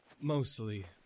Mostly